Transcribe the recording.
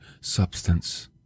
substance